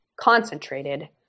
concentrated